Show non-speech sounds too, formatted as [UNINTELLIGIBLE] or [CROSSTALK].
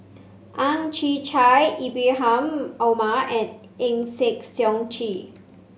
Ang Chwee Chai Ibrahim Omar and Eng [UNINTELLIGIBLE] Chee